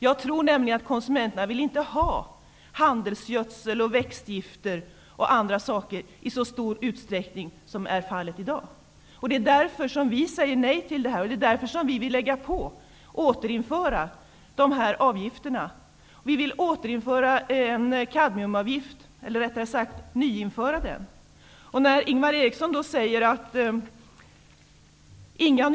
Jag tror nämligen att konsumenterna inte vill ha handelsgödsel och växtgifter i så stor utsträckning som fallet är i dag. Det är därför som vi säger nej till detta. Det är därför som vi vill återinföra dessa avgifter. Vi vill införa en kadmiumavgift. Ingvar Eriksson säger att det inte får ställas några nya krav.